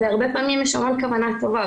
והרבה פעמים יש המון כוונה טובה.